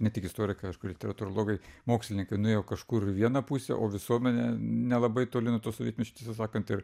ne tik istorikai aišku ir literatūrologai mokslininkai nuėjo kažkur į vieną pusę o visuomenė nelabai toli nuo to sovietmečio tiesą sakant ir